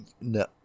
No